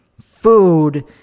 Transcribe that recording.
food